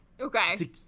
okay